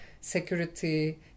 security